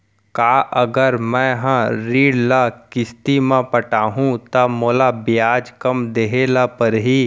का अगर मैं हा ऋण ल किस्ती म पटाहूँ त मोला ब्याज कम देहे ल परही?